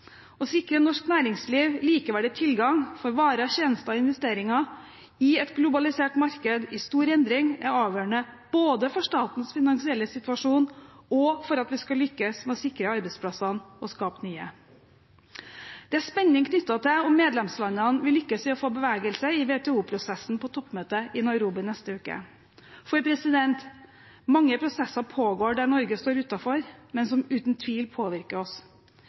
Å sikre norsk næringsliv likeverdig tilgang for varer, tjenester og investeringer i et globalisert marked i stor endring er avgjørende både for statens finansielle situasjon og for at vi skal lykkes med å sikre arbeidsplassene og skape nye. Det er spenning knyttet til om medlemslandene vil lykkes i å få bevegelse i WTO-prosessen på toppmøtet i Nairobi neste uke. For mange prosesser pågår der Norge står utenfor, men som uten tvil påvirker oss.